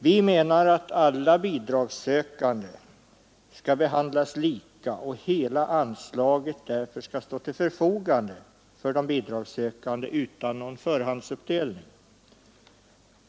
Vi menar att alla bidragssökande skall behandlas lika och att hela anslaget därför skall stå till förfogande för de bidragssökande utan någon förhandsuppdelning.